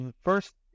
first